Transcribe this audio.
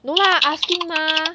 no lah asking mah